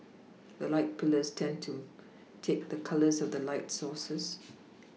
the light pillars tend to take the colours of the light sources